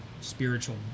spiritual